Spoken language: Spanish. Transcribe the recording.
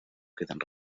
quedan